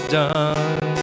done